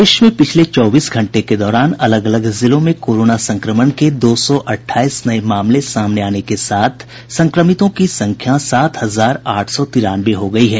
प्रदेश में पिछले चौबीस घंटे के दौरान अलग अलग जिलों में कोरोना संक्रमण के दो सौ अठाईस नए मामले सामने आने के बाद संक्रमितों की संख्या सात हजार आठ सौ तिरानवे हो गई है